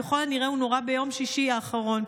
ככל הנראה הוא נורה ביום שישי האחרון.